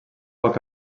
poc